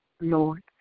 Lord